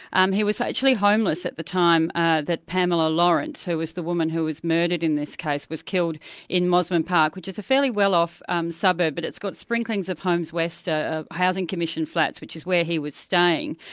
um he was ah actually homeless at the time ah that pamela lawrence, who was the woman who was murdered in this case, was killed in mosman park, which is a fairly well-off um suburb, but it's got sprinklings of homes west ah housing commission flats, which is where he was staying.